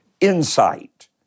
insight